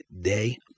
day